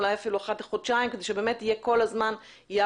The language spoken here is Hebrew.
אולי אפילו אחת לחודשיים כדי שבאמת תהיה כל הזמן יד